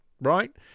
right